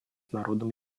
народом